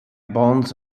bonds